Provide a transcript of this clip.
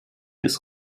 des